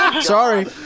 Sorry